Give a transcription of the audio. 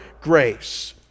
grace